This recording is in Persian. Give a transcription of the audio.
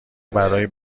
برای